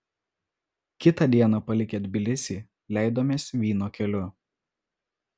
kitą dieną palikę tbilisį leidomės vyno keliu